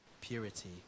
purity